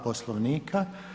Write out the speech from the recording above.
Poslovnika.